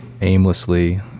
aimlessly